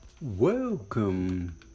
Welcome